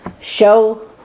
show